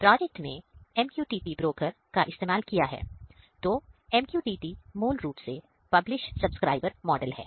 project में MQTT broker model है